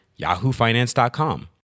yahoofinance.com